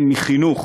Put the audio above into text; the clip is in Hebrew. כן, מחינוך,